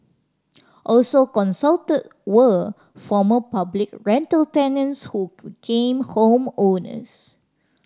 also consulted were former public rental tenants who became home owners